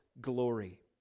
glory